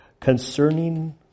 concerning